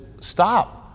stop